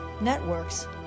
networks